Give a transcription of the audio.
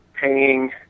paying